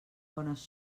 bones